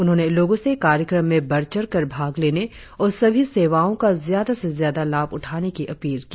उन्होंने लोगों से कार्यक्रम में बढ़चढ़ कर भाग लेने और सभी सेवाओं का ज्यादा से ज्यादा लाभ उठाने की अपील की